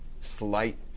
slight